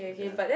yeah